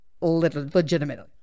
Legitimately